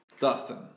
Dustin